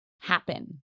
happen